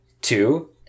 two